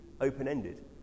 open-ended